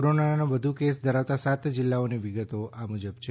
કોરોનાના વધુ કેસ ધરાવતાં સાત જિલ્લાઓની વિગતો આ મુજબ છે